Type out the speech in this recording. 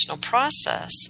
process